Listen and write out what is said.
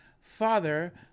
father